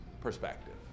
perspective